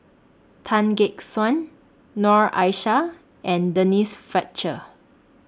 Tan Gek Suan Noor Aishah and Denise Fletcher